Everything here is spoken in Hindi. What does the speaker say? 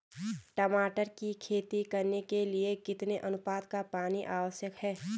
टमाटर की खेती करने के लिए कितने अनुपात का पानी आवश्यक है?